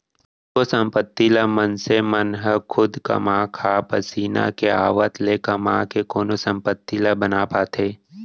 कतको संपत्ति ल मनसे मन ह खुद कमा खाके पसीना के आवत ले कमा के कोनो संपत्ति ला बना पाथे